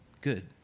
Good